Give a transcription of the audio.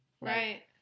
Right